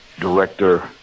Director